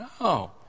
No